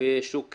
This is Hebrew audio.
אני חושבת,